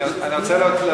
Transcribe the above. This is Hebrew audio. אני רוצה להוסיף את,